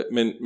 Men